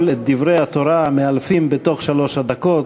את דברי התורה המאלפים בתוך שלוש הדקות,